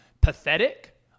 pathetic